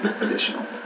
additional